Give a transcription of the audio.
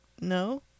no